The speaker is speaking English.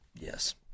Yes